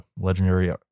Legendary